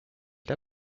der